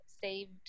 saved